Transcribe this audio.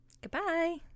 Goodbye